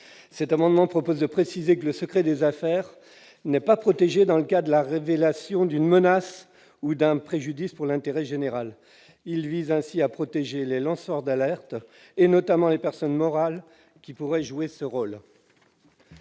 Labbé. Nous proposons de préciser que le secret des affaires n'est pas protégé dans le cas de la révélation d'une menace ou d'un préjudice pour l'intérêt général. Cet amendement vise ainsi à protéger les lanceurs d'alerte, notamment les personnes morales qui pourraient jouer ce rôle.